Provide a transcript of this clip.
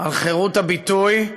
על חירות הביטוי,